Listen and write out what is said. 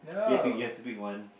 you have you have to pick one